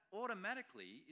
automatically